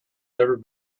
never